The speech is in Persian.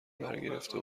برگرفته